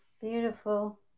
beautiful